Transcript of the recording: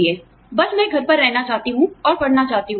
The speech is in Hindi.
मैं बस घर पर रहना चाहती हूँ और पढ़ना चाहती हूँ